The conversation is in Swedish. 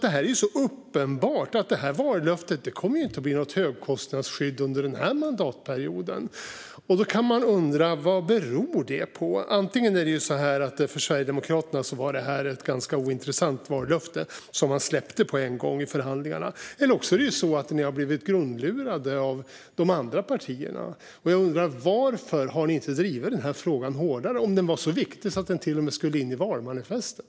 Det är alltså uppenbart att det inte blir något av vallöftet om ett högkostnadsskydd under den här mandatperioden. Man kan undra vad det beror på. Antingen var det så att för er i Sverigedemokraterna var det här ett ganska ointressant vallöfte som ni släppte på en gång i förhandlingarna, eller också är det så att ni har blivit grundlurade av de andra partierna. Jag undrar varför ni inte har drivit den här frågan hårdare om den var så viktig att den till och med skulle in i valmanifestet.